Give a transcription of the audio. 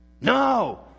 No